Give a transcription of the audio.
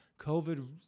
COVID